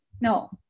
No